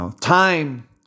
time